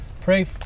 Pray